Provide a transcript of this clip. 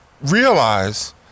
realize